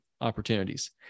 opportunities